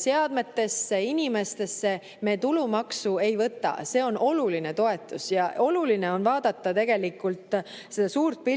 seadmetesse, inimestesse, me tulumaksu ei võta. See on oluline toetus ja oluline on vaadata seda suurt pilti